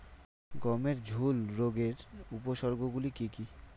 গমের ঝুল রোগের উপসর্গগুলি কী কী?